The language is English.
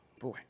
Boy